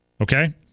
okay